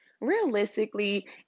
Realistically